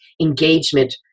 engagement